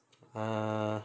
ah